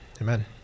amen